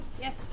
Yes